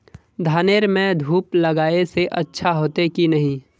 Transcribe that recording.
धानेर में धूप लगाए से अच्छा होते की नहीं?